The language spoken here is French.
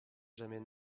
jamais